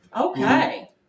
Okay